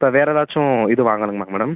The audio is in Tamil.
இப்போ வேறு ஏதாச்சும் இது வாங்கணுமாங்க மேடம்